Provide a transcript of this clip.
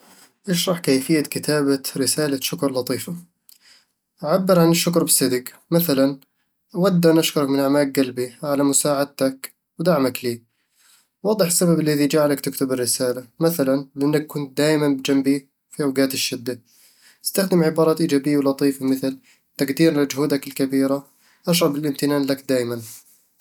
اشرح كيفية كتابة رسالة شكر لطيفة "عبّر عن الشكر بصدق، مثلاً: "أود أن أشكرك من أعماق قلبي على مساعدتك ودعمك لي "وضح السبب الذي جعلك تكتب الرسالة، مثلاً: "لأنك كنت دايمًا بجانبي في أوقات الشدة "استخدم عبارات إيجابية ولطيفة، مثل: "تقدير لجهودك الكبيرة، أشعر بالامتنان لك دايمًا